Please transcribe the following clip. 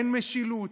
אין משילות.